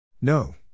No